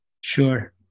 Sure